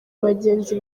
abagenzi